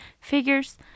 figures